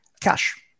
cash